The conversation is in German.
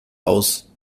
aus